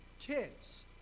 kids